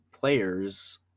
players